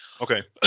Okay